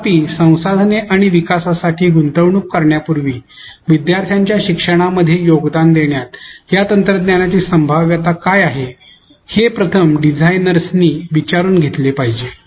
तथापि संसाधने आणि विकासासाठी गुंतवणूक करण्यापूर्वी विद्यार्थ्यांच्या शिक्षणामध्ये योगदान देण्यात या तंत्रज्ञानाची संभाव्यता काय आहे हे प्रथम डिझाइनर्सनी विचारून घेतले पाहिजे